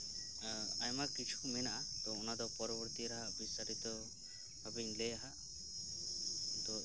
ᱟᱭᱢᱟ ᱠᱤᱪᱷᱩ ᱢᱮᱱᱟᱜᱼᱟ ᱛᱚ ᱚᱱᱟ ᱫᱚ ᱯᱚᱨᱚᱵᱚᱨᱛᱤ ᱨᱮ ᱵᱤᱥᱛᱟᱨᱤᱛ ᱵᱷᱟᱵᱮᱧ ᱞᱟᱹᱭ ᱟᱸ ᱦᱟᱜ